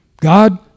God